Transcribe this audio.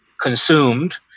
consumed